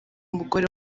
umugore